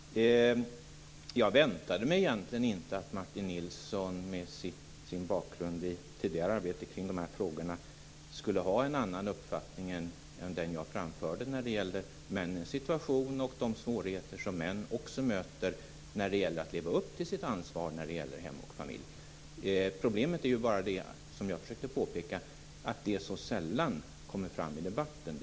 Herr talman! Jag väntade mig egentligen inte att Martin Nilsson, med sin bakgrund i tidigare arbete kring de här frågorna, skulle ha en annan uppfattning än den jag framförde när det gällde männens situation och de svårigheter som män också möter för att kunna leva upp till sitt ansvar för hem och familj. Men jag försökte påpeka att problemet är att det så sällan kommer fram i debatten.